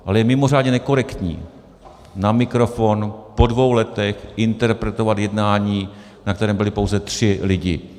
Ale je mimořádně nekorektní na mikrofon po dvou letech interpretovat jednání, na kterém byli pouze tři lidi.